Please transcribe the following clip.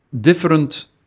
different